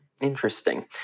Interesting